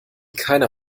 keiner